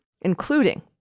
including